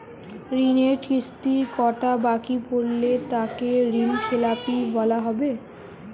ঋণের কিস্তি কটা বাকি পড়লে তাকে ঋণখেলাপি বলা হবে?